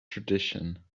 tradition